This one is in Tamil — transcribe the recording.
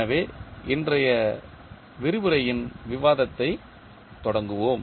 எனவே இன்றைய விரிவுரையின் விவாதத்தைத் தொடங்குவோம்